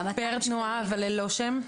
את התנועה, אבל ללא שם?